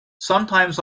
sometimes